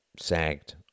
sagged